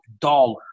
dollar